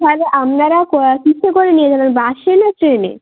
তাহলে আপনারা কীসে করে নিয়ে যাবেন বাসে না ট্রেনে